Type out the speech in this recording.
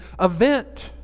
event